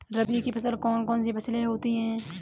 रबी की कौन कौन सी फसलें होती हैं?